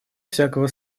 всякого